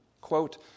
quote